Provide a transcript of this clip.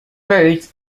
roads